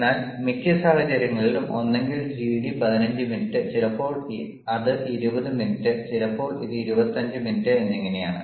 എന്നാൽ മിക്ക സാഹചര്യങ്ങളിലും ഒന്നുകിൽ ജിഡി 15 മിനിറ്റ് ചിലപ്പോൾ അത് 20 മിനിറ്റ് ചിലപ്പോൾ ഇത് 25 മിനിറ്റ് എന്നിങ്ങനെയാണ്